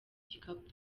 gikapu